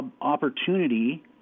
opportunity